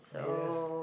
okay let's